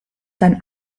sein